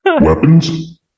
Weapons